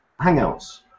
Hangouts